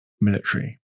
military